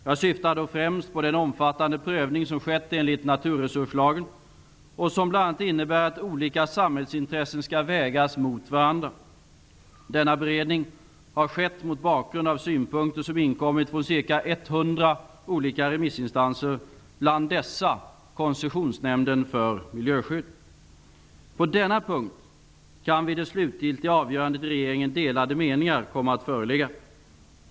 Jag syftar då främst på den omfattande prövning som skett enligt naturresurslagen, och som bl.a. innebär att olika samhällsintressen skall vägas mot varandra. Denna beredning har skett mot bakgrund av synpunkter som inkommit från ca På denna punkt kan vid det slutgiltiga avgörandet i regeringen delade meningar komma att föreligga.